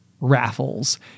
raffles